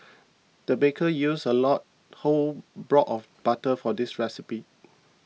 the baker used a lot whole block of butter for this recipe